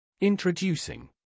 Introducing